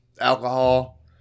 alcohol